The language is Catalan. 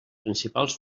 principals